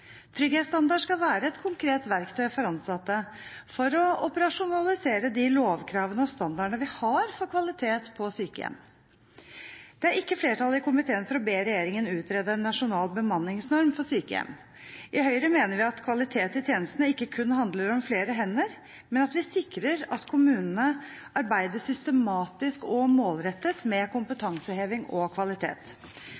Trygghetsstandard skal være et konkret verktøy for ansatte for å operasjonalisere de lovkravene og standardene vi har for kvalitet på sykehjem. Det er ikke flertall i komiteen for å be regjeringen utrede en nasjonal bemanningsnorm for sykehjem. I Høyre mener vi at kvalitet i tjenestene ikke kun handler om flere hender, men at vi sikrer at kommunene arbeider systematisk og målrettet med